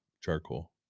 charcoal